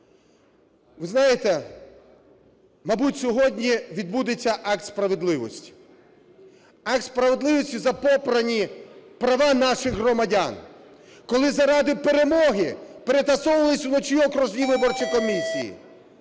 Ви знаєте, мабуть, сьогодні відбудеться акт справедливості, акт справедливості за попрані права наших громадян, коли заради перемоги перетасовувалися вночі окружні виборчі комісії,